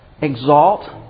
exalt